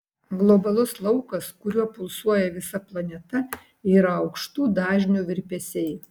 globalus laukas kuriuo pulsuoja visa planeta yra aukštų dažnių virpesiai